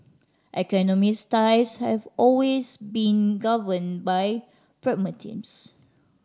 economics ties have always been governed by pragmatism